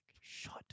shut